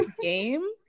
game